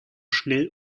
schnell